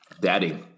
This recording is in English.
Daddy